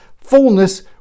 fullness